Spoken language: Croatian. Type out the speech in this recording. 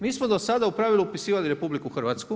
Mi smo do sada u pravilu upisivali RH.